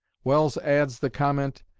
welles adds the comment,